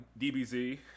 DBZ